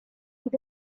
with